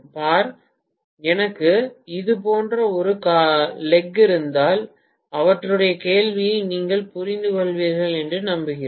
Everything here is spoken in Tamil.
பார் எனக்கு இது போன்ற ஒரு கால் இருந்தால் அவருடைய கேள்வியை நீங்கள் புரிந்துகொள்வீர்கள் என்று நம்புகிறேன்